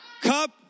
cup